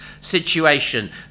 situation